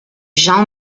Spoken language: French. jan